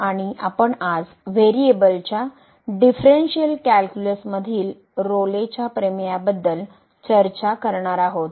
आणि आपण आज व्हेरिएबलच्या डीफ्रन्शियल कॅल्क्युलस मधील रोलेच्या प्रमेयाबद्दल Rolle's Theoremचर्चा करणार आहोत